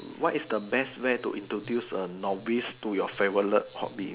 what is the best way to introduce a novice to your favourite hobby